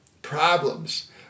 problems